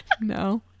No